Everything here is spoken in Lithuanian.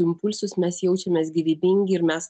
impulsus mes jaučiamės gyvybingi ir mes